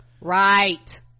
right